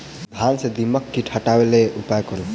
धान सँ दीमक कीट हटाबै लेल केँ उपाय करु?